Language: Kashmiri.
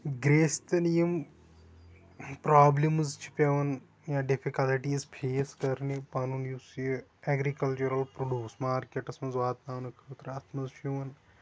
بیشتر یِم پرابلمٕز چھِ پیوان ڈِفکَلٹیٖز فیس کَرٕنہِ پَنُن یُس یہِ اٮ۪گرِکَلچُرَل کٔلوٗز مارکیٹس منٛز واتناونہٕ خٲطرٕ اکھ اَتھ منٛزچھُ یِوان